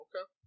Okay